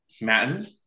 Madden